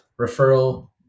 referral